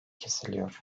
kesiliyor